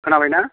खोनाबाय ना